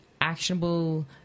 actionable